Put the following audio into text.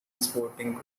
sporting